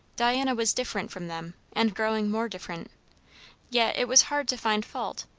diana was different from them, and growing more different yet it was hard to find fault.